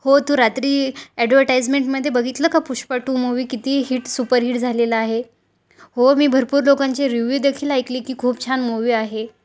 हो तू रात्री ॲडवटाईजमेंटमध्ये बघितलं का पुष्पा टू मूव्ही किती हिट सुपरहिट झालेला आहे हो मी भरपूर लोकांचे रिव्ह्यू देखील ऐकली की खूप छान मूव्ही आहे